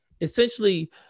essentially